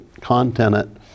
content